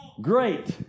Great